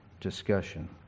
discussion